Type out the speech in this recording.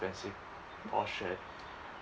expensive portion